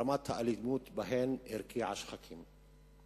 רמת האלימות בהם הרקיעה שחקים.